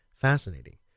fascinating